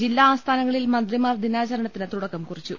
ജില്ലാ ആസ്ഥാനങ്ങളിൽ മന്ത്രിമാർ ദിനാചരണത്തിന് തുടക്കം കുറി ച്ചു